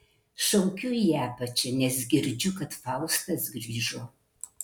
šaukiu į apačią nes girdžiu kad faustas grįžo